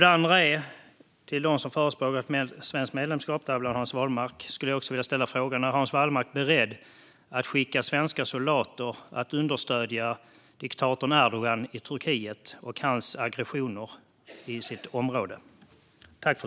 Den andra frågan till dem som förespråkar ett svenskt medlemskap, däribland Hans Wallmark, är: Är Hans Wallmark beredd att skicka svenska soldater att understödja diktatorn Erdogan i Turkiet och hans aggressioner i området där?